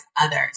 others